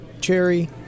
cherry